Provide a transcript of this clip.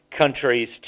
countries